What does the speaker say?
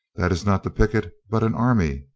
that is not the picket, but an army,